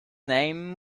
name